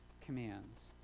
commands